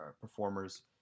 performers